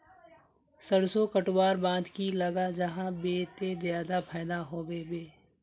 सरसों कटवार बाद की लगा जाहा बे ते ज्यादा फायदा होबे बे?